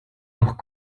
noch